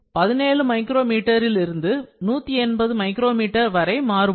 17 மைக்ரோ மீட்டரிலிருந்து 180 micrometre வரை மாறுபடும்